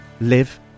live